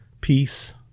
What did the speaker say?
peace